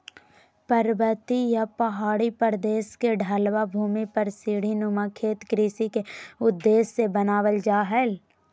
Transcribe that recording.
पर्वतीय या पहाड़ी प्रदेश के ढलवां भूमि पर सीढ़ी नुमा खेत कृषि के उद्देश्य से बनावल जा हल